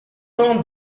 temps